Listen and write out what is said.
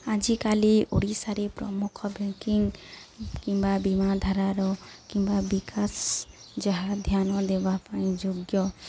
ଆଜିକାଲି ଓଡ଼ିଶାରେ ପ୍ରମୁଖ ବ୍ୟାଙ୍କିଂ କିମ୍ବା ବୀମା ଧାରାର କିମ୍ବା ବିକାଶ ଯାହା ଧ୍ୟାନ ଦେବା ପାଇଁ ଯୋଗ୍ୟ